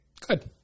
Good